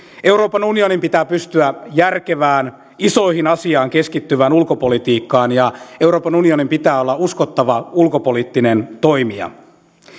euroopan unionin pitää pystyä järkevään isoihin asioihin keskittyvään ulkopolitiikkaan ja euroopan unionin pitää olla uskottava ulkopoliittinen toimija